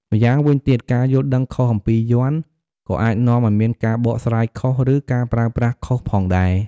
ម្យ៉ាងវិញទៀត ការយល់ដឹងខុសអំពីយ័ន្ត ក៏អាចនាំឱ្យមានការបកស្រាយខុស ឬការប្រើប្រាស់ខុសផងដែរ។